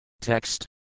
Text